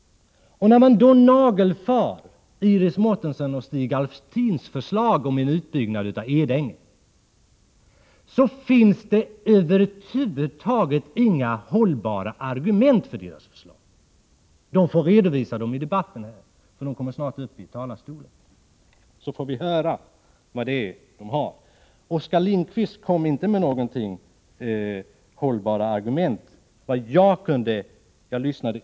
När man tittar på Iris Mårtenssons och Stig Alftins förslag om en utbyggnad av Edänge, finner man över huvud taget inga hållbara argument. Sådana får dessa personer redovisa när de strax skall tala här i talarstolen. Då får vi höra vad de har att säga. Oskar Lindkvist presenterade inte några hållbara argument enligt min bedömning.